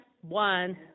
one